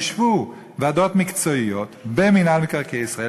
יֵשבו ועדות מקצועיות במינהל מקרקעי ישראל